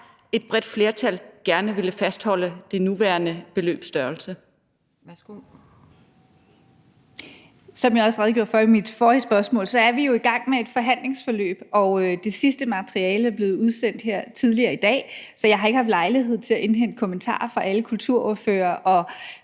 Værsgo. Kl. 18:13 Kulturministeren (Joy Mogensen): Som jeg også redegjorde for under det forrige spørgsmål, er vi i gang med et forhandlingsforløb, og det sidste materiale er blevet udsendt her tidligere i dag. Så jeg har ikke haft lejlighed til at indhente kommentarer fra alle kulturordførere, og